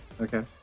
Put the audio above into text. okay